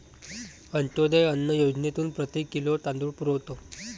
अंत्योदय अन्न योजनेतून प्रति किलो तांदूळ पुरवतो